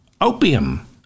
opium